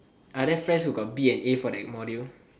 other friends who got B and A for that module